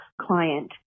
client